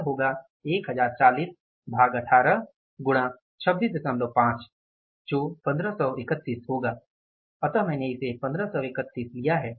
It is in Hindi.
यह होगा 1040 भाग 18 गुणा 265 जो 1531 होगा अतः मैंने इसे 1531 लिया है